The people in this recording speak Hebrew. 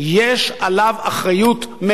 יש עליו אחריות מלאה: